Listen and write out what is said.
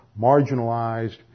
marginalized